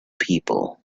people